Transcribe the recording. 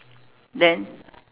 then